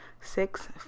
six